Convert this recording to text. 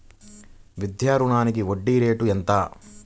విద్యా రుణానికి వడ్డీ రేటు ఎంత?